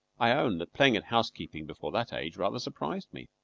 i own that playing at house-keeping before that age rather surprised me.